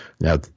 Now